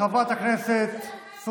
אם אתה כבר מתחיל לפנות לאחרים, תודה רבה.